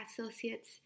Associates